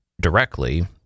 directly